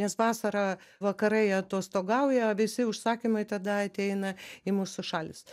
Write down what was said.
nes vasarą vakarai atostogauja visi užsakymai tada ateina į mūsų šalis